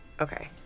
Okay